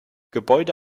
gebäude